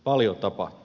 paljon tapahtuu